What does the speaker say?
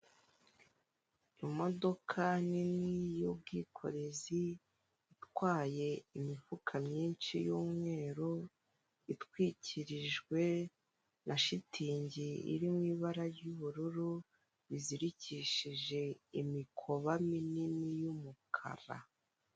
Imodoka nini y'ubwikorezi itwaye imifuka myinshi y'umweru, itwikirijwe na shitingi iri mu ibara ry'ubururu rizirikishije imikoba minini y'umukara.